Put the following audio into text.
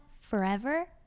forever